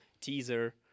teaser